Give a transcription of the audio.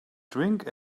drink